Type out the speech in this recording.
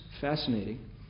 fascinating